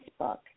Facebook